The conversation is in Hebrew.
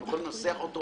הוא יכול לנסח אותו